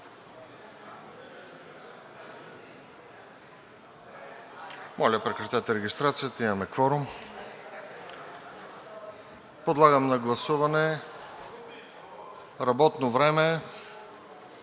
Моля, прекратете регистрацията. Имаме кворум. Подлагам на гласуване работно време